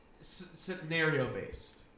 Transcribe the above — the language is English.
scenario-based